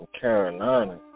Carolina